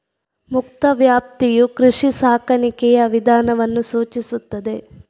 ಮುಕ್ತ ವ್ಯಾಪ್ತಿಯು ಕೃಷಿ ಸಾಕಾಣಿಕೆಯ ವಿಧಾನವನ್ನು ಸೂಚಿಸುತ್ತದೆ